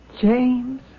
James